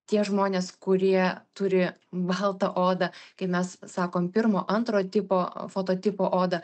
tie žmonės kurie turi baltą odą kai mes sakom pirmo antro tipo foto tipo odą